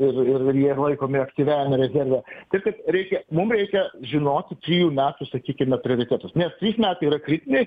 ir ir jie laikomi aktyviajame regione taip kad reikia mum reikia žinoti trijų metų sakykime prioritetus nes trys metai yra kritiniai